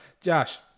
josh